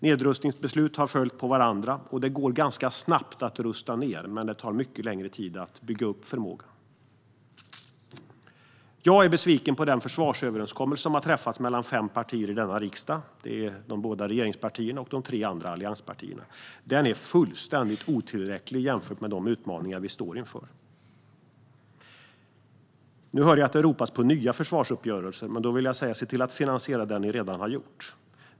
Nedrustningsbeslut har följt på varandra. Det går ganska snabbt att rusta ned, men det tar mycket längre tid att bygga upp förmåga. Jag är besviken på den försvarsöverenskommelse som har träffats mellan fem partier i denna riksdag: de båda regeringspartierna och de tre andra allianspartierna. Den är fullständigt otillräcklig i förhållande till de utmaningar vi står inför. Nu hör jag att det ropas på nya försvarsuppgörelser. Då vill jag säga: Se till att finansiera den ni redan har gjort!